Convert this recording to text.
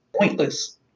pointless